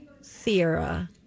Sierra